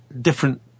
different